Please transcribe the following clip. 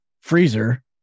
freezer